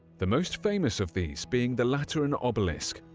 the most famous of these being the lateran obelisk,